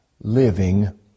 living